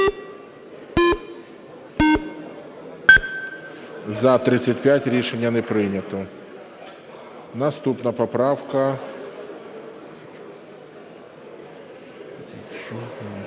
За-35 Рішення не прийнято. Наступна поправка